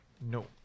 No